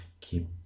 keep